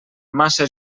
massa